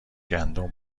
گندم